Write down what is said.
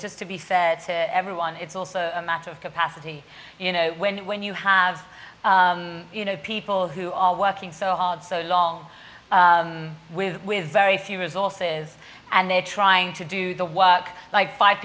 just to be fair to everyone it's also a matter of capacity you know when when you have you know people who are working so hard so long with with very few resources and they're trying to do the work by five